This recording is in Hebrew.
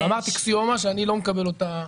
אמרת אקסיומה שאני לא מקבל אותה.